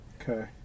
Okay